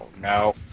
no